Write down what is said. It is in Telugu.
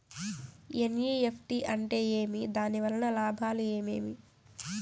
ఎన్.ఇ.ఎఫ్.టి అంటే ఏమి? దాని వలన లాభాలు ఏమేమి